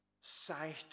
sight